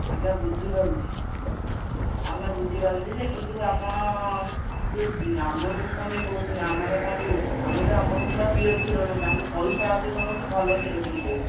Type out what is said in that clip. ଆଜ୍ଞା ବୁଝି ପାରୁଛି ଆଜ୍ଞା ବୁଝି ପାରୁଛି ଯେ କିନ୍ତୁ ଆପଣ ଆମକୁ କ'ଣ ପାଇଁ କହୁଛନ୍ତି ଆମର କ'ଣ ଭୁଲ୍ ଆମେ ତ ଆପଣଙ୍କୁ ପୁରା ପ୍ୟୋର୍ କ୍ଷୀର ଦେଉଛୁ ପଇସା ଅଧିକ ନେଉଛୁ ଭଲ କ୍ଷୀର ଟିକେ ଦେଉଛୁ